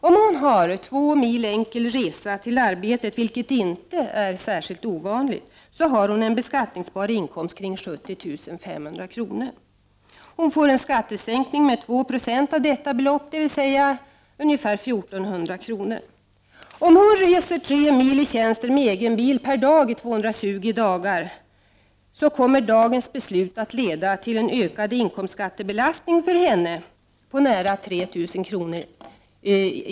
Om hon har två mil enkel resa till arbetet, vilket inte är ovanligt, har hon en beskattningsbar inkomst kring 70 500 kr. Hon får en skattesänkning med 2 96 av detta belopp, dvs. ca 1400 kr. Om hon reser tre mil i tjänsten med egen bil per dag i 220 dagar, kommer dagens beslut att leda till en ökad inkomstskattebelastning för henne på nära 3000 kr.